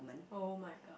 oh-my-god